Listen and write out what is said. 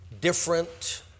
different